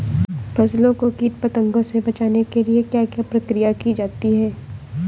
फसलों को कीट पतंगों से बचाने के लिए क्या क्या प्रकिर्या की जाती है?